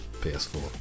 PS4